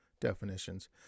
definitions